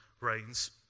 reigns